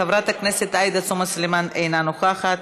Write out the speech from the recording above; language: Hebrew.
חברת הכנסת עאידה תומא סלימאן, אינה נוכחת,